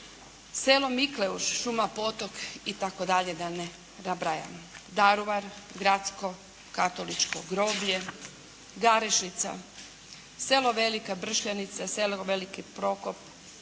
selo Mikleuš, šuma Potok itd. Da ne nabrajam. Daruvar, gradsko, katoličko groblje, Garešica, selo Velika Bršljanica, selo Veliki Prokop,